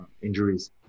injuries